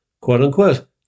Quote-unquote